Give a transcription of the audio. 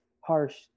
harsh